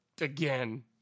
again